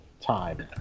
time